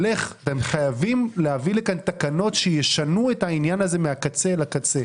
אתם חייבים להביא לכאן תקנות שישנו את העניין הזה מהקצה אל הקצה.